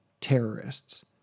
terrorists